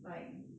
like